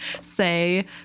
say